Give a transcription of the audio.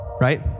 right